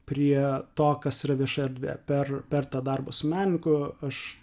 prie to kas yra vieša erdvė per per tą darbą su menininku aš